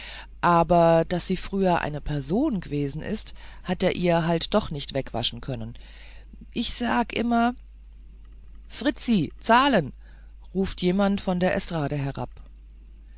aber daß sie früher eine person g'wesen ist hat er ihr halt doch nicht wegwaschen können ich sag immer fritzi zahlen ruft jemand von der estrade herab